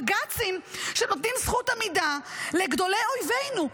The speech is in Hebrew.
בג"צים שנותנים זכות עמידה לגדולי אויבינו.